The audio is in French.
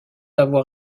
avoir